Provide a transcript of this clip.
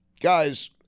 Guys